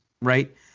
Right